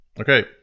Okay